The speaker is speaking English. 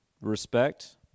respect